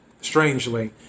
strangely